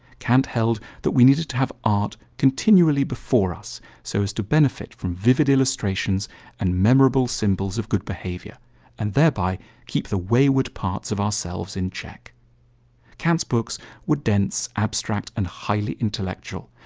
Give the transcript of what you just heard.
kant held that we needed to have art continually before us, so as to benefit from vivid illustrations and memorable symbols of good behavior and thereby keep the wayward parts of ourselves in check kant's books were dense, abstract, and highly intellectual,